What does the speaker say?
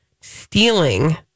stealing